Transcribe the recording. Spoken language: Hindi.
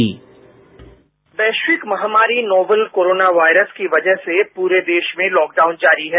बाईट वैश्विक महामारी नोवल कोरोना वायरस की वजह से पूरे देश में लॉकडाउन जारी है